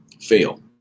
fail